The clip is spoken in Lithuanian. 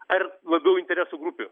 ar labiau interesų grupių